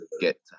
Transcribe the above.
get